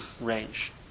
range